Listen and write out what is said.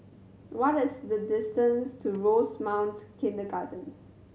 what is the distance to Rosemount Kindergarten